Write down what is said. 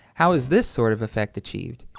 how is this sort of effect achieved?